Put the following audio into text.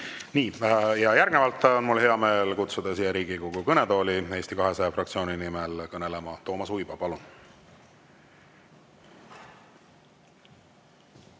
Aitäh! Järgnevalt on mul hea meel kutsuda siia Riigikogu kõnetooli Eesti 200 fraktsiooni nimel kõnelema Toomas Uibo. Palun!